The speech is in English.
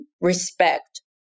respect